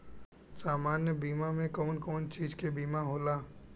सामान्य बीमा में कवन कवन चीज के बीमा होला?